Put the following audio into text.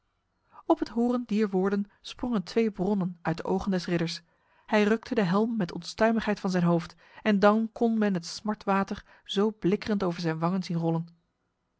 op het horen dier woorden sprongen twee bronnen uit de ogen des ridders hij rukte de helm met onstuimigheid van zijn hoofd en dan kon men het smartwater zo blikkerend over zijn wangen zien rollen